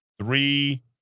Three